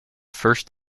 first